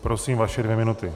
Prosím, vaše dvě minuty.